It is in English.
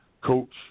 Coach